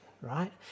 right